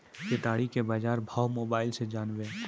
केताड़ी के बाजार भाव मोबाइल से जानवे?